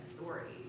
authority